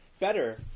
better